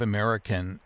American